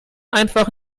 einfach